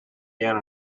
down